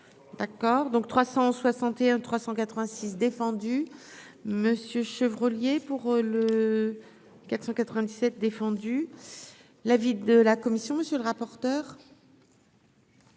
d'accord, donc 361 386 défendu monsieur Chevreau pour le 497 défendu l'avis de la commission, monsieur le rapporteur.